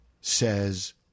says